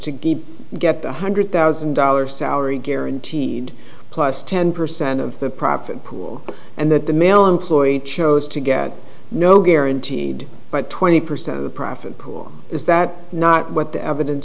to give get the one hundred thousand dollars salary guaranteed plus ten percent of the profit pool and that the male employee chose to get no guaranteed but twenty percent profit pool is that not what the evidence